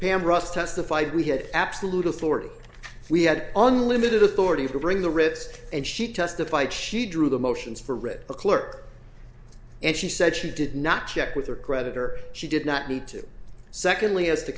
pam ross testified we had absolute authority we had unlimited authority to bring the ritz and she testified she drew the motions for read the clerk and she said she did not check with her creditor she did not need to secondly as to